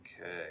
okay